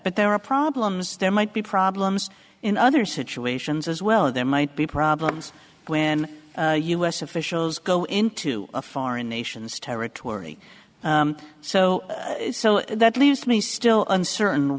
but there are problems there might be problems in other situations as well and there might be problems when u s officials go into a foreign nations territory so so that leaves me still uncertain